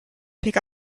pick